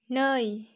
नै